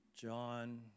John